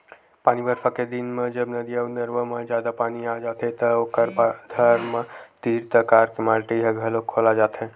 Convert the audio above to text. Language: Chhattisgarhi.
पानी बरसा के दिन म जब नदिया अउ नरूवा म जादा पानी आ जाथे त ओखर धार म तीर तखार के माटी ह घलोक खोला जाथे